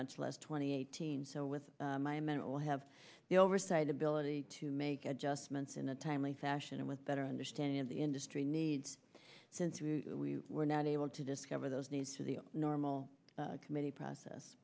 much less twenty eighteen so with my men will have the oversight ability to make adjustments in a timely fashion and with better understanding of the industry needs since we were not able to discover those needs to the normal committee process